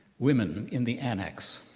women in the annex,